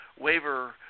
waiver